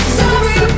sorry